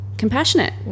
compassionate